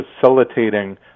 facilitating